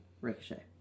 Ricochet